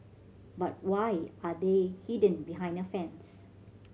but why are they hidden behind a fence